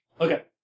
Okay